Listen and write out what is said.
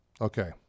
Okay